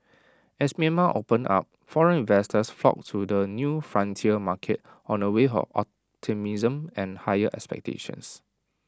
as Myanmar opened up foreign investors flocked to the new frontier market on A wave of optimism and high expectations